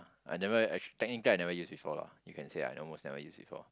I never actually technically I never use before lah you can say I almost never use before